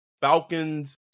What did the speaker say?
Falcons